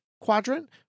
quadrant